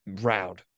round